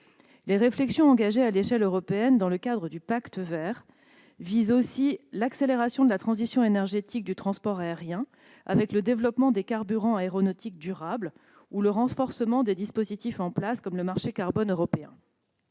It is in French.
Les réflexions engagées à l'échelle européenne dans le cadre du Pacte vert visent aussi l'accélération de la transition énergétique du transport aérien, avec le développement des carburants aéronautiques durables ou le renforcement des dispositifs en place comme le marché carbone européen.